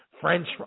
French